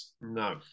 No